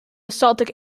basaltic